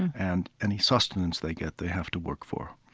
and any sustenance they get, they have to work for.